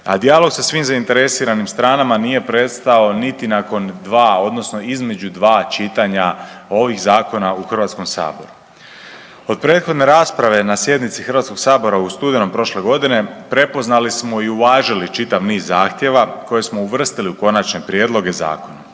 a dijalog sa svim zainteresiranim stranama nije prestao niti nakon 2 odnosno između 2 čitanja ovih zakona u Hrvatskom saboru. Od prethodne rasprave na sjednici Hrvatskog sabora u studenom prošle godine prepoznali smo i uvažili čitav niz zahtjeva koje smo uvrstili u konačne prijedloge zakona.